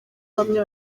bamwe